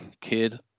kid